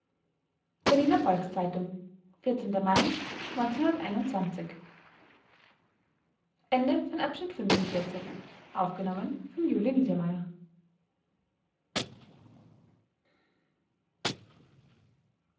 berliner volks-zeitung mai